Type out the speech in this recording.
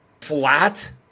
flat